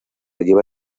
lleva